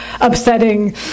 upsetting